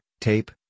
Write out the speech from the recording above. Tape